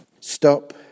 stop